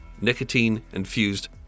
nicotine-infused